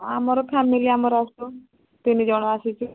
ଆମର ଫ୍ୟାମିଲି ଆମର ଆସିଛୁ ତିନି ଜଣ ଆସିଛୁ